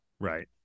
Right